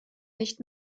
nicht